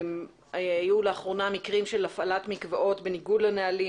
היו לאחרונה מקרים של הפעלת מקוואות בניגוד לנהלים,